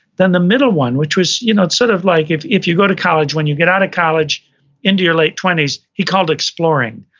then the middle one which was, you know it's sort of like, if if you go to college, when you get out of college into your late twenty s he called exploring.